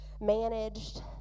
managed